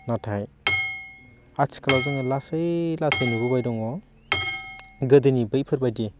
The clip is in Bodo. नाथाय आथिखालाव जों लासै लासै नुबोबाय दङ गोदोनि बैफोरबायदि